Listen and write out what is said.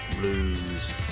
Blues